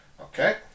Okay